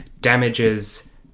damages